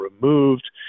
removed